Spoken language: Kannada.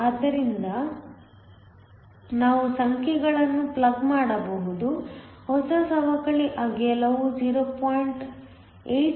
ಆದ್ದರಿಂದ ನಾವು ಸಂಖ್ಯೆಗಳನ್ನು ಪ್ಲಗ್ ಮಾಡಬಹುದು ಹೊಸ ಸವಕಳಿ ಅಗಲವು 0